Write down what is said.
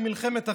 למלחמת אחים?